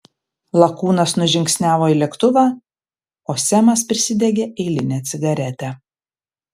lakūnas nužingsniavo į lėktuvą o semas prisidegė eilinę cigaretę